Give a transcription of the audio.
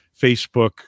Facebook